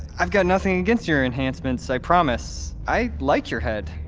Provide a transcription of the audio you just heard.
i've got nothing against your enhancements, i promise. i like your head!